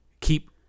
keep